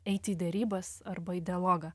eiti į derybas arba į dialogą